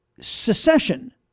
secession